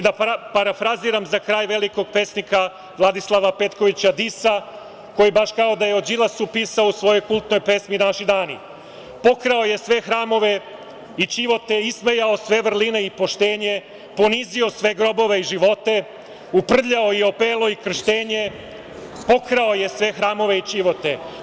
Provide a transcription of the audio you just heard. Da parafraziram za kraj velikog pesnika Vladislava Petkovića Disa, koji baš kao da je o Đilasu pisao u svojoj kultnoj pesmi „Naši dani“ – pokrao je sve hramove i ćivote, ismejao sve vrline i poštenje, ponizio sve grobove i živote, uprljao i opelo i krštenje, pokrao je sve hramove i ćivote.